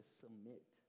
submit